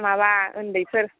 माबा उन्दैफोर